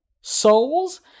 Souls